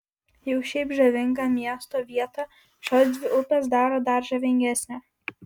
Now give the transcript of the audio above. jau šiaip žavingą miesto vietą šios dvi upės daro dar žavingesnę